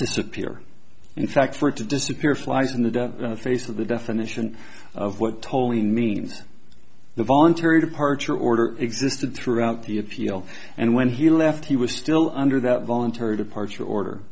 disappear in fact for it to disappear flies in the face of the definition of what tolling means the voluntary departure order existed throughout the appeal and when he left he was still under that voluntary departure order